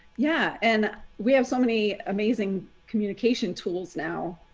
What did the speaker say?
yeah. and we have so many amazing communication tools now.